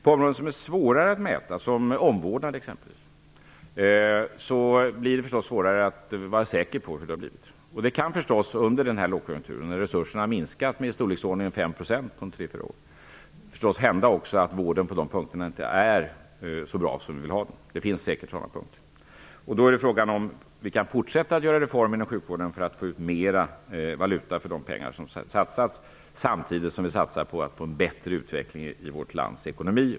På områden som är svårare att mäta, t.ex. på omvårdnadsområdet, blir det förstås svårare att vara säker på hur det har blivit. Under den här lågkonjunkturen, då resurserna har minskat med i storleksordningen 5 % under tre fyra år, kan det naturligtvis hända att vården på de här punkterna inte är så bra som vi skulle önska att den var -- det finns säkert sådana punkter. Då är frågan om vi kan fortsätta med reformer inom sjukvården för att få bättre valuta för de pengar som satsats, samtidigt som vi satsar på att få en bättre utveckling i vårt lands ekonomi.